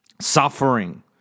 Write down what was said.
suffering